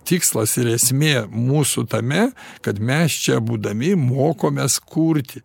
tikslas ir esmė mūsų tame kad mes čia būdami mokomės kurti